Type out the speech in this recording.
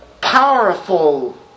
powerful